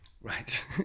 right